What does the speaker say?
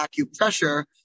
acupressure